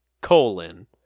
colon